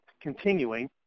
Continuing